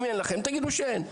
אם אין לכם, תגידו שאין.